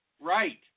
Right